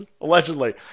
allegedly